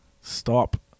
Stop